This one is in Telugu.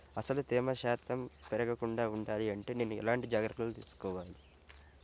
అసలు తేమ శాతం పెరగకుండా వుండాలి అంటే నేను ఎలాంటి జాగ్రత్తలు తీసుకోవాలి?